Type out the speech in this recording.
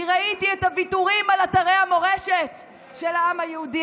כי ראיתי את הוויתורים על אתרי המורשת של העם היהודי,